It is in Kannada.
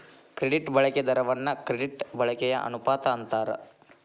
ಕ್ರೆಡಿಟ್ ಬಳಕೆ ದರವನ್ನ ಕ್ರೆಡಿಟ್ ಬಳಕೆಯ ಅನುಪಾತ ಅಂತಾರ